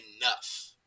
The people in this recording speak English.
enough